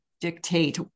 dictate